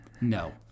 No